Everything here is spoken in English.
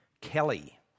Kelly